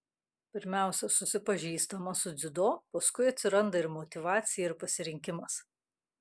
pirmiausia susipažįstama su dziudo paskui atsiranda ir motyvacija ir pasirinkimas